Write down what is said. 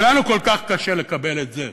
ולנו כל כך קשה לקבל את זה.